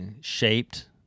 shaped